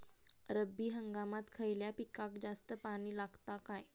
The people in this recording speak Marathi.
रब्बी हंगामात खयल्या पिकाक जास्त पाणी लागता काय?